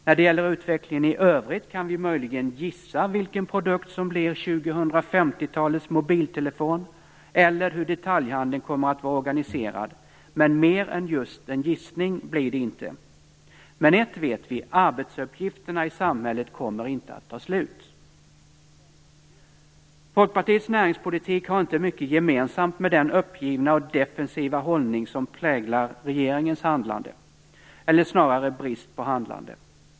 När det gäller utvecklingen i övrigt kan vi möjligen gissa vilken produkt som blir 2050-talets mobiltelefon eller hur detaljhandeln kommer att vara organiserad. Men mer än just en gissning blir det inte. Men ett vet vi - arbetsuppgifterna i samhället kommer inte att ta slut. Folkpartiets näringspolitik har inte mycket gemensamt med den uppgivna och defensiva hållning som präglar regeringens handlande, eller snarare brist på handlande.